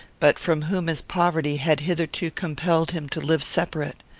but from whom his poverty had hitherto compelled him to live separate.